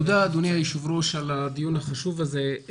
תודה, אדוני היושב ראש, על הדיון החשוב הזה.